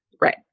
Right